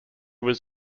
was